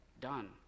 done